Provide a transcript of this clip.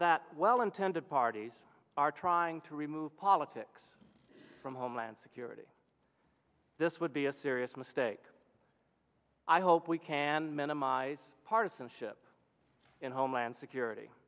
that well intended parties are trying to remove politics from homeland security this would be a serious mistake i hope we can minimize partisanship in homeland security